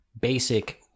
basic